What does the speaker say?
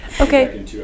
Okay